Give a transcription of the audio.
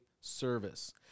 service